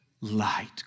light